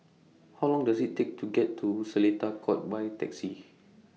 How Long Does IT Take to get to Seletar Court By Taxi